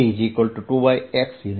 A2yx A